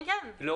כן, כן.